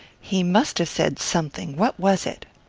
he must have said something what was it?